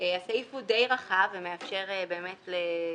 ואחד למוטב.